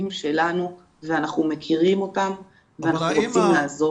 אבקסיס: -- חשבת שהורים יכולים להסתדר